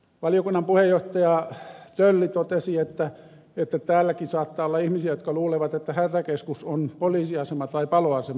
valiokunnan puheenjohtaja tölli totesi että täälläkin saattaa olla ihmisiä jotka luulevat että hätäkeskus on poliisiasema tai paloasema